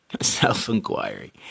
Self-inquiry